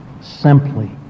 simply